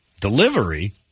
Delivery